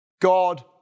God